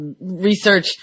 research